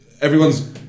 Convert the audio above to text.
Everyone's